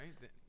right